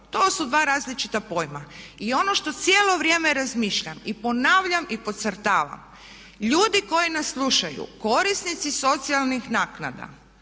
to su dva različita pojma. I ono što cijelo vrijeme razmišljam i ponavljam i podcrtavam. Ljudi koji nas slušaju, korisnici socijalnih naknada,